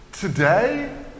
Today